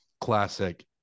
classic